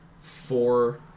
four